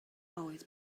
always